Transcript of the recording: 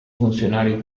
funzionari